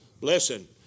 Listen